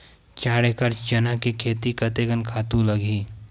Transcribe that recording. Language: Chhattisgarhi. चार एकड़ चना के खेती कतेकन खातु लगही?